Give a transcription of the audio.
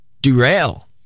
derail